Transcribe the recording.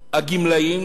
הגמלאים,